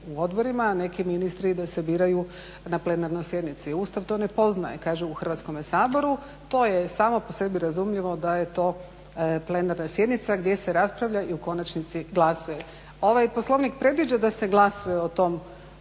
u odborima, neki ministri da se biraju na plenarnoj sjednici. Ustav to ne poznaje kaže u Hrvatskome Saboru. To je samo po sebi razumljivo da je to plenarna sjednica gdje se raspravlja i u konačnici glasuje. Ovaj Poslovnik predviđa da se glasuje o tom,